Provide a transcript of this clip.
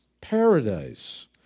Paradise